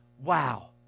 wow